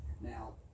Now